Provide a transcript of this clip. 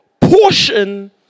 portion